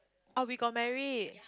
oh we got married